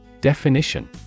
Definition